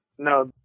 No